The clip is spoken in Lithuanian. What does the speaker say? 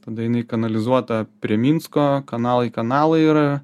tada jinai kanalizuota prie minsko kanalai kanalai yra